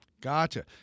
Gotcha